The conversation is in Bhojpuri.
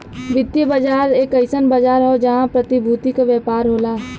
वित्तीय बाजार एक अइसन बाजार हौ जहां प्रतिभूति क व्यापार होला